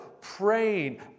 praying